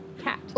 Cat